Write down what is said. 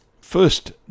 first